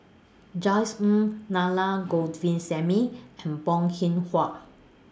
Josef Ng Nana Govindasamy and Bong Hiong Hwa